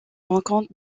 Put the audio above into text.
rencontre